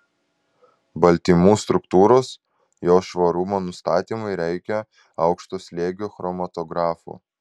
baltymų struktūros jos švarumo nustatymui reikia aukšto slėgio chromatografų